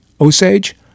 Osage